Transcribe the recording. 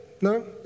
No